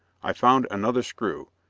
i found another screw,